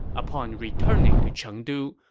upon returning to chengdu,